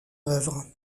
œuvre